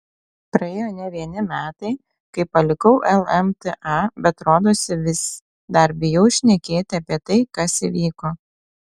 praėjo ne vieni metai kai palikau lmta bet rodosi vis dar bijau šnekėti apie tai kas įvyko